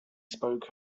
spoke